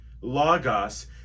Logos